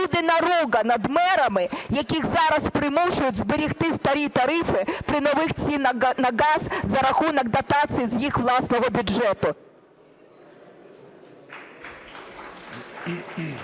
буде наруга над мерами, яких зараз примушують зберегти старі тарифи при нових цінах на газ за рахунок дотацій з їх власного бюджету?